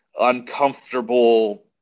uncomfortable